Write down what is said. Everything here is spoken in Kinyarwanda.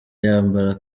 yambara